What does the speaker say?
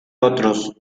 otros